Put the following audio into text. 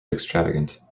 extravagant